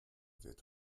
wird